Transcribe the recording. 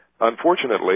Unfortunately